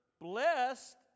Blessed